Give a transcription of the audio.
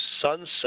sunset